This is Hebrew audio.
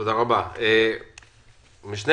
קיבלתי מראש אכ"א היוצא אישור לכך שהוסכם